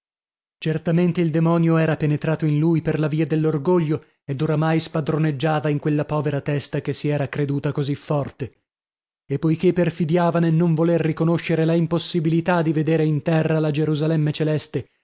certamente il demonio era penetrato in lui per la via dell'orgoglio ed oramai spadroneggiava in quella povera testa che si era creduta così forte e poichè perfidiava nel non voler riconoscere la impossibilità di vedere in terra la gerusalemme celeste